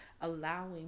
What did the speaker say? allowing